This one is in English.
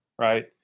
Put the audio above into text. right